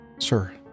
sir